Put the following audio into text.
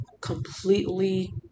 completely